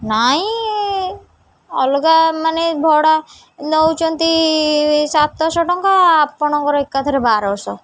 ନାଇଁ ଅଲଗା ମାନେ ଭଡ଼ା ନଉଛନ୍ତି ସାତଶହ ଟଙ୍କା ଆପଣଙ୍କର ଏକାଥରେ ବାରଶହ